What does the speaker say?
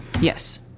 Yes